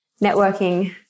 networking